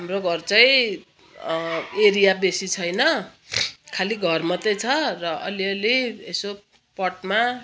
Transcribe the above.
हाम्रो घर चाहिँ एरिया बेसी छैन खालि घर मात्रै छ र अलिअलि यसो पटमा